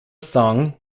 tongue